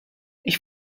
ich